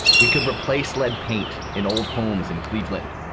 we could replace lead paint in old homes in cleveland,